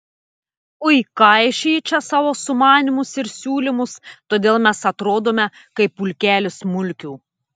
ui kaišioji čia savo sumanymus ir siūlymus todėl mes atrodome kaip pulkelis mulkių